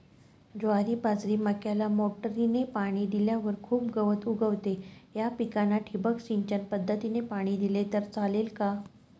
ज्वारी, बाजरी, मक्याला मोटरीने पाणी दिल्यावर खूप गवत उगवते, या पिकांना ठिबक सिंचन पद्धतीने पाणी दिले तर चालेल का?